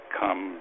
come